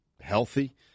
healthy